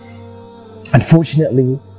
unfortunately